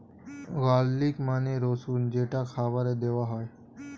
garlic মানে রসুন যেটা খাবারে দেওয়া হয়